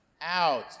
out